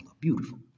Beautiful